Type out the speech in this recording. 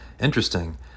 Interesting